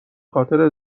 خاطر